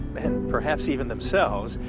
and perhaps even themselves,